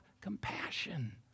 compassion